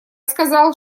сказал